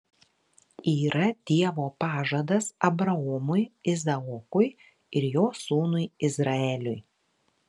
yra dievo pažadas abraomui izaokui ir jo sūnui izraeliui